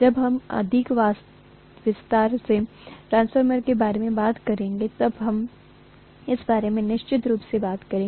जब हम अधिक विस्तार से ट्रांसफार्मर के बारे में बात करेंगे तब हम इस बारे में निश्चित रूप से बात करेंगे